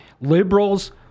liberals